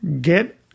get